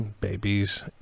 babies